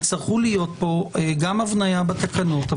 יצטרכו להיות פה גם הבנייה בתקנות,